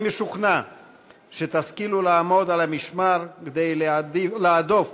אני משוכנע שתשכילו לעמוד על המשמר כדי להדוף